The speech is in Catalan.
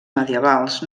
medievals